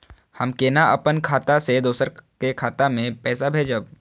हम केना अपन खाता से दोसर के खाता में पैसा भेजब?